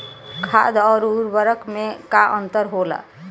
खाद्य आउर उर्वरक में का अंतर होला?